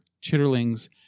chitterlings